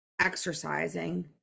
exercising